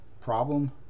problem